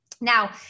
Now